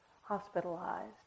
hospitalized